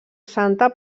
santa